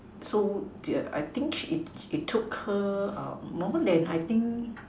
so the I think she it it took her um more than I think